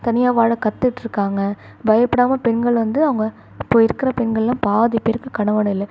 தனியாக வாழ கத்துக்கிட்ருக்காங்கள் பயப்படாம பெண்கள் வந்து அவங்க இப்போது இருக்கிற பெண்கள்லாம் பாதி பேருக்கு கணவன் இல்லை